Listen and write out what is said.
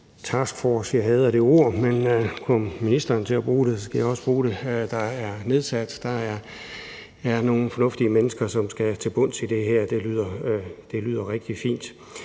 taskforce – jeg hader det ord, men når ministeren bruger det, skal jeg også bruge det – der er nedsat. Der er nogle fornuftige mennesker, som skal til bunds i det her. Det lyder rigtig fint.